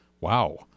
Wow